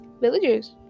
villagers